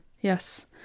Yes